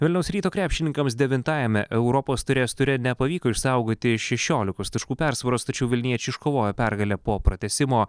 vilniaus ryto krepšininkams devintajame europos taurės ture nepavyko išsaugoti šešiolikos taškų persvaros tačiau vilniečiai iškovojo pergalę po pratęsimo